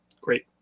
great